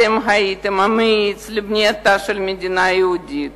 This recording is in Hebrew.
אתם הייתם המאיץ לבנייתה של מדינה יהודית